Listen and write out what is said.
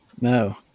No